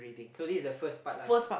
so this is the first part lah